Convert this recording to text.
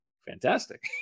fantastic